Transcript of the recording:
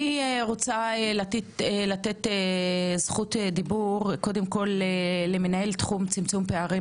אתן זכות דיבור למנהל תחום צמצום פערים